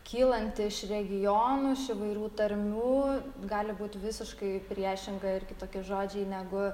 kylanti iš regionų iš įvairių tarmių gali būt visiškai priešinga ir kitoki žodžiai negu